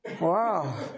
Wow